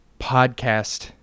podcast